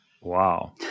Wow